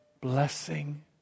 blessing